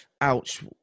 ouch